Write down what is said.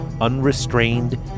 unrestrained